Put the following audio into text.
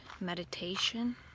Meditation